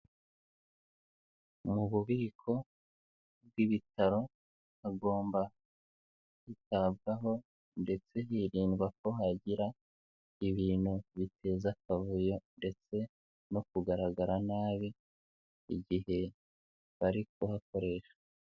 Mu bubiko bw'ibitaro hagomba kwitabwaho ndetse hirindwa ko hagira ibintu biteza akavuyo ndetse no kugaragara nabi, igihe bari kuhakoresha.